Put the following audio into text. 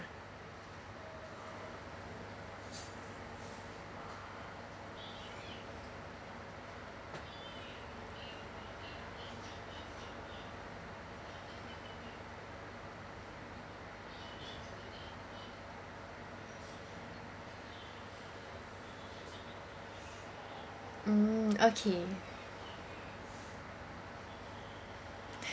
mm okay